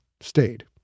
stayed